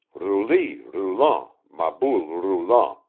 rouli roulant, ma boule roulant.